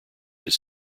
his